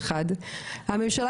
זה התוכן.